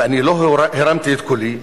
ואני לא הרמתי את קולי,